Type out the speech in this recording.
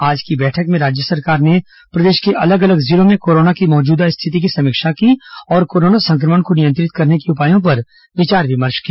आज की बैठक में राज्य सरकार ने प्रदेश के अलग अलग जिलों में कोरोना की मौजूदा स्थिति की समीक्षा की और कोरोना संक्रमण को नियंत्रित करने के उपायों पर विचार विमर्श किया